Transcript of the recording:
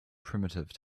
primitive